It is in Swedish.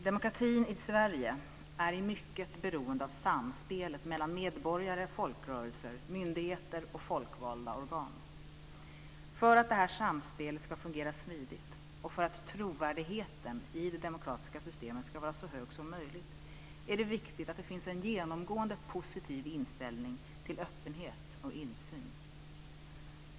Demokratin i Sverige är i mycket beroende av samspelet mellan medborgare, folkrörelser, myndigheter och folkvalda organ. För att det här samspelet ska fungera smidigt och för att trovärdigheten i det demokratiska systemet ska vara så hög som möjligt är det viktigt att det finns en genomgående positiv inställning till öppenhet och insyn.